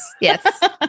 Yes